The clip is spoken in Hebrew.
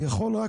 יכול רק,